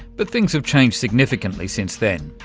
but things have changed significantly since then.